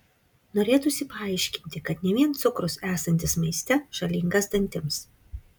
norėtųsi paaiškinti kad ne vien cukrus esantis maiste žalingas dantims